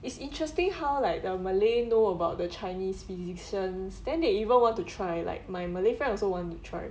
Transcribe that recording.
it's interesting how like the malay know about the chinese physicians then they even want to try like my malay friends also want to try